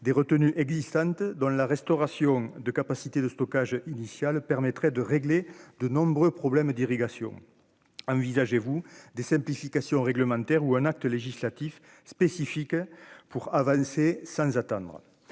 des retenues existantes dans la restauration, de capacité de stockage initial permettrait de régler de nombreux problèmes d'irrigation envisagez-vous des simplifications réglementaires ou un acte législatif spécifique pour avancer sans attendre